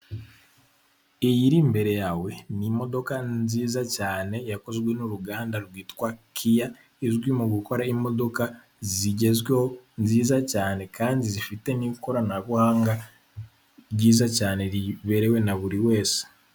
Iyi iri imbere yawe ni imodoka nziza cyane yakozwe n'uruganda rwitwa kia izwi mu gukora imodoka zigezweho nziza cyane kandi zifite n'ikoranabuhanga ryiza cyane riberewe na buri wese.